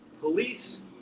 Police